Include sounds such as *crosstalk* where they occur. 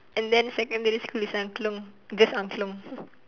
and then secondary school is angklung just angklung *laughs*